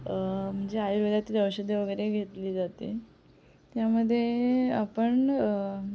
म्हणजे आयुर्वेदातील औषधे वगैरे घेतली जाते त्यामध्ये आपण